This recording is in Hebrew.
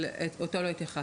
ונפל, אבל אליו לא התייחסנו.